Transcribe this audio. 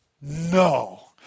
No